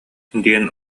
диэн